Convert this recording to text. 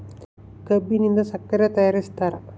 ಕಬ್ಬಿನಿಂದ ಸಕ್ಕರೆ ತಯಾರಿಸ್ತಾರ